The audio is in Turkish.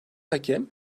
hakem